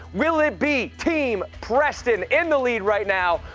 will it be team preston in the lead right now?